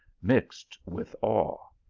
mixt with awe.